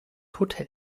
hotel